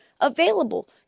available